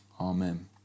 Amen